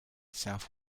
south